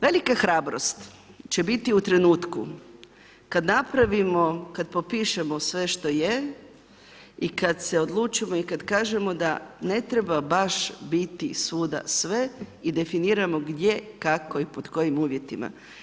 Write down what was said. Velika hrabrost će biti u trenutku kada napravimo, kad napravimo, kada popišemo sve što je i kada se odlučimo i kada kažemo da ne treba baš biti svuda sve i definiramo gdje, kako i pod kojim uvjetima.